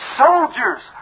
soldiers